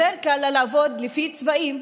יותר קל לה לעבוד לפי צבעים.